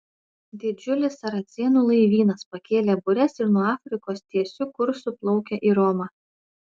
didžiulis saracėnų laivynas pakėlė bures ir nuo afrikos tiesiu kursu plaukia į romą